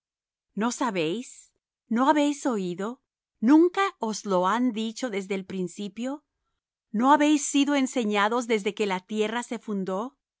no sabéis no habéis oído nunca os lo han dicho desde el principio no habéis sido enseñados desde que la tierra se fundó